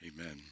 Amen